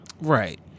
Right